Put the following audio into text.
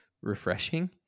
refreshing